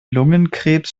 lungenkrebs